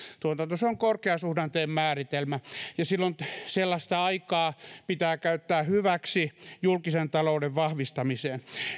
tuotanto se on korkeasuhdanteen määritelmä sellaista aikaa pitää käyttää hyväksi julkisen talouden vahvistamiseen